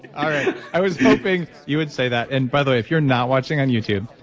i was hoping you would say that. and by the way, if you're not watching on youtube,